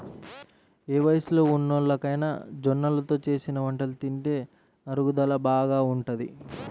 ఏ వయస్సులో ఉన్నోల్లకైనా జొన్నలతో చేసిన వంటలు తింటే అరుగుదల బాగా ఉంటది